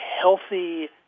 healthy